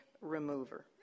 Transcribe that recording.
remover